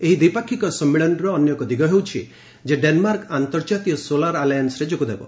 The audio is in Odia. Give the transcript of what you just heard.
ଏହି ଦ୍ୱିପାକ୍ଷିକ ସମ୍ମିଳନୀର ଅନ୍ୟଏକ ଦିଗ ହେଉଛି ଯେ ଡେନମାର୍କ ଆନ୍ତର୍ଜାତିୟ ସୋଲାର ଆଲାଏନୁରେ ଯୋଗଦେବ